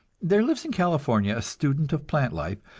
there lives in california a student of plant life,